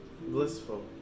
blissful